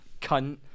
cunt